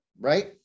right